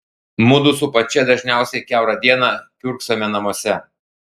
mudu su pačia dažniausiai kiaurą dieną kiurksome namuose